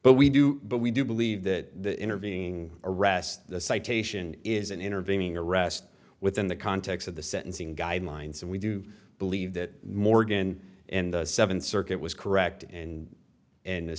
but we do but we do believe that intervening arrest the citation is an intervening arrest within the context of the sentencing guidelines and we do believe that morgan in the seventh circuit was correct in and